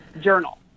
journal